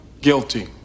guilty